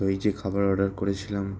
তো এই যে খাবার অর্ডার করেছিলাম